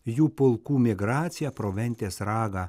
jų pulkų migraciją pro ventės ragą